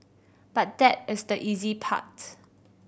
but that is the easy part